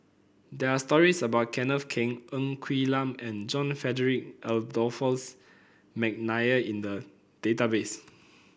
there are stories about Kenneth Keng Ng Quee Lam and John Frederick Adolphus McNair in the database